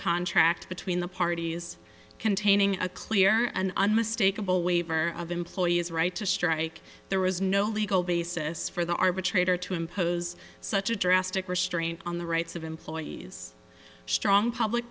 contract between the parties containing a clear and unmistakable waiver of employee's right to strike there was no legal basis for the arbitrator to impose such a drastic restraint on the rights of employees strong public